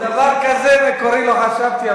על דבר כזה מקורי לא חשבתי,